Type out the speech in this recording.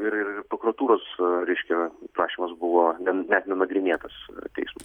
ir ir prokuratūros reiškia prašymas buvo net nenagrinėtas teism